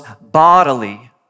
bodily